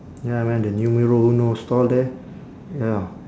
ya man the numero uno stall there ya